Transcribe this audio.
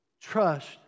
trust